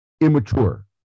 immature